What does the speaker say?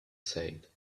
said